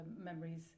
memories